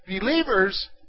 Believers